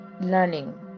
learning